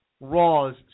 Raws